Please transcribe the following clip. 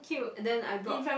and then I brought